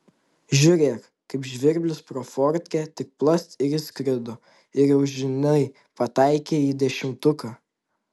žiūrėk kaip žvirblis pro fortkę tik plast ir įskrido ir jau žinai pataikei į dešimtuką